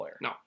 No